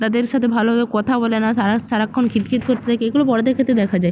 তাদের সাথে ভালোভাবে কথা বলে না তারা সারাক্ষণ খিটখিট করতে থাকে এগুলো বড়দের ক্ষেত্রে দেখা যায়